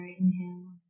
inhale